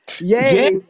Yay